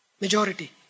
majority